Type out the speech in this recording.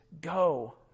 go